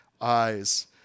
eyes